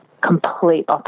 complete